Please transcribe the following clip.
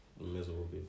miserable